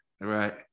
right